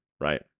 right